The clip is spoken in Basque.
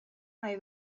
nahi